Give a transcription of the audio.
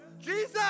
Jesus